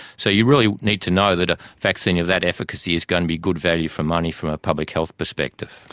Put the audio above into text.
so you really need to know that a vaccine of that efficacy is going to be good value for money from a public health perspective.